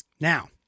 Now